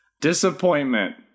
disappointment